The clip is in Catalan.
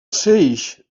seix